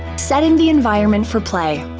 setting the environment for play,